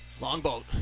Longboat